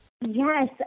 Yes